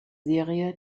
serie